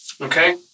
okay